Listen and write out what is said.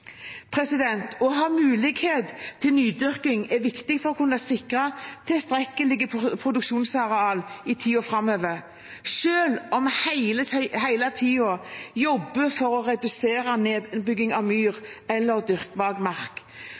Å ha mulighet til nydyrking er viktig for å kunne sikre tilstrekkelige produksjonsarealer i tiden framover. Selv om vi hele tiden jobber for å redusere nedbygging av myr eller